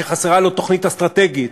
שחסרה לו תוכנית אסטרטגית,